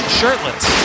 shirtless